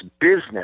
business